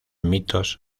mitos